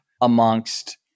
amongst